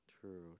True